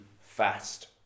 fast